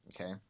Okay